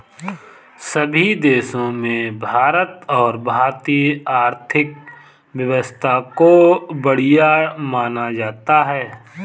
सभी देशों में भारत और भारतीय आर्थिक व्यवस्था को बढ़िया माना जाता है